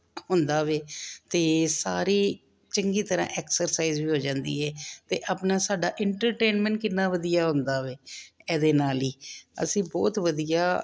ਹੁੰਦਾ ਵੇ ਅਤੇ ਸਾਰੀ ਚੰਗੀ ਤਰ੍ਹਾਂ ਐਕਸਰਸਾਈਜ਼ ਵੀ ਹੋ ਜਾਂਦੀ ਹੈ ਅਤੇ ਆਪਣਾ ਸਾਡਾ ਇੰਟਰਟੇਨਮੈਂਟ ਕਿੰਨਾ ਵਧੀਆ ਹੁੰਦਾ ਵੇ ਇਹਦੇ ਨਾਲ ਹੀ ਅਸੀਂ ਬਹੁਤ ਵਧੀਆ